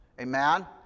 Amen